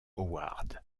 howard